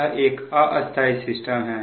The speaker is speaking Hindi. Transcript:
यह एक अस्थाई सिस्टम है